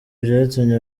byatumye